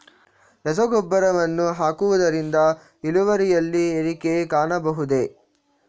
ರಸಗೊಬ್ಬರವನ್ನು ಹಾಕುವುದರಿಂದ ಇಳುವರಿಯಲ್ಲಿ ಏರಿಕೆ ಕಾಣಬಹುದೇ?